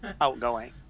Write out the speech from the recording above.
outgoing